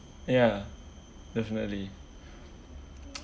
ya definitely